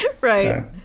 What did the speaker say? right